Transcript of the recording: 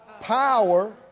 Power